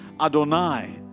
Adonai